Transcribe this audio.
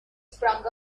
sprung